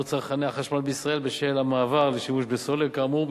צרכני החשמל בישראל בשל המעבר לשימוש בסולר כאמור,